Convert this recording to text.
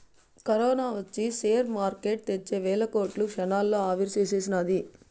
corona ఒచ్చి share market తెచ్చే వేల కోట్లు క్షణాల్లో ఆవిరిసేసినాది